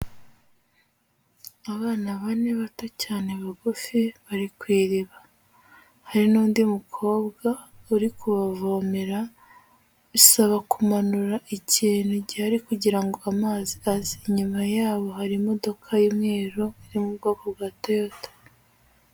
Abana bane bato cyane bagufi, bari ku iriba. Hari n'undi mukobwa uri kubavomera, bisaba kumanura ikintu gihari kugira ngo amazi aze. Inyuma yabo hari imodoka y'umweru, iri mu bwoko bwa Toyota.